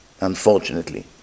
Unfortunately